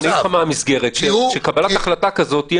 אני אגיד לך מהי המסגרת: קבלת החלטה כזאת תהיה